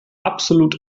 absolut